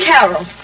Carol